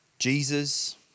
Jesus